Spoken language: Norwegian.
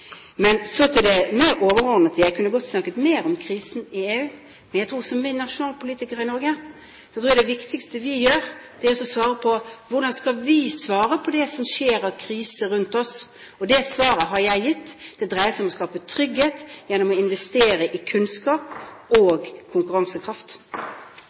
men som nasjonalpolitikere i Norge tror jeg det viktigste vi gjør, er å gi svar på hvordan vi skal svare på det som skjer av kriser rundt oss. Og det svaret har jeg gitt: Det dreier seg om å skape trygghet gjennom å investere i kunnskap